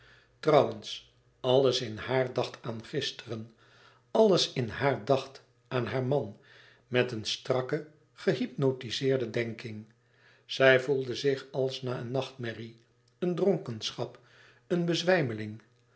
trouwens alles in haar dacht aan gisteren alles in haar dacht aan haar man met een strakke gehypnotizeerde denking zij voelde zich als na een nachtmerrie een dronkenschap een